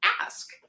ask